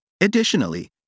Additionally